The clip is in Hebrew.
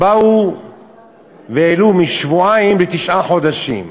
באו והעלו משבועיים לתשעה חודשים.